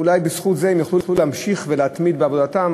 אולי בזכות זה הם יוכלו להמשיך ולהתמיד בעבודתם,